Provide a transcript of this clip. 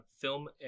film